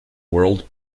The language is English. world